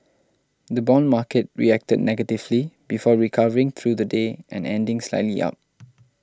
the bond market reacted negatively before recovering through the day and ending slightly up